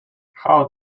how